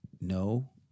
no